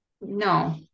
no